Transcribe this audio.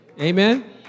Amen